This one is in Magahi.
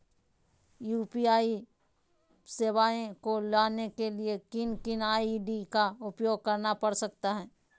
यू.पी.आई सेवाएं को लाने के लिए किन किन आई.डी का उपयोग करना पड़ सकता है?